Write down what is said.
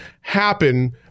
happen